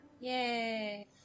Yay